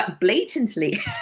blatantly